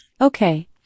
Okay